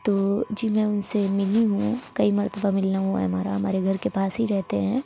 تو جی میں ان سے ملی ہوں کئی مرتبہ ملنا ہوا ہے ہمارا ہمارے گھر کے پاس ہی رہتے ہیں